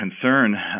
concern